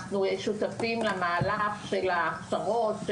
אנחנו שותפים למהלך של ההצהרות,